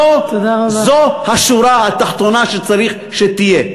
זאת השורה התחתונה שצריך שתהיה.